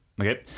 Okay